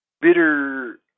Bitter